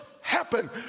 happen